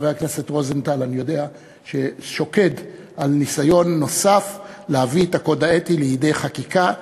שחבר הכנסת רוזנטל שוקד על ניסיון נוסף להביא את הקוד האתי לידי חקיקה,